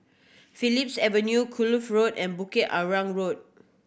Phillips Avenue Kloof Floor and Bukit Arang Road